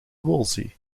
wolsey